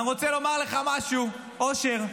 אני רוצה לומר לך משהו, אושר.